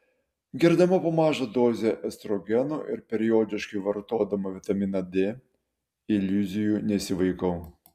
gerdama po mažą dozę estrogeno ir periodiškai vartodama vitaminą d iliuzijų nesivaikau